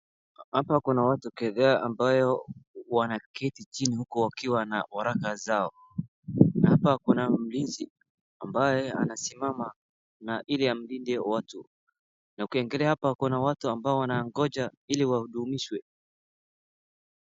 Hapa kuna watu kadhaa ambayo wanaketi chini huku wakiwa na waraka zao. Na hapa kuna mlinzi ambaye anasimama na ili amlinde watu na ukingalia hapa kuna watu ambao wanangoja ili wahudumishwe.